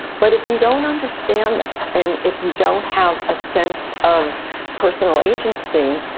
but if you don't understand this and if you don't have a sense of personal agency,